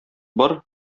бар